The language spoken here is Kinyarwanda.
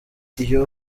iyo